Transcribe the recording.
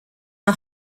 are